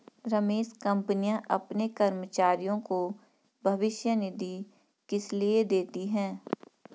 रमेश कंपनियां अपने कर्मचारियों को भविष्य निधि किसलिए देती हैं?